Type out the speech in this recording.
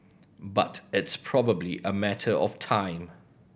but it's probably a matter of time